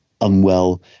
unwell